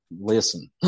listen